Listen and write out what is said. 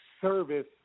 service